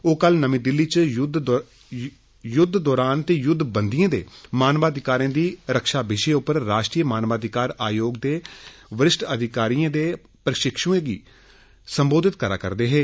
ओह कल नमी दिली च युद्ध दौरान ते युद्धवंदियें दे मानवाधिकारें दी रक्षा विषय पर राष्ट्रीय मानवाधिकार आयोग दे वरिष्ठ अधिकारियें तें प्रशिक्षुएं गी संबोधित करा करदे हे